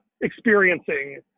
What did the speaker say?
experiencing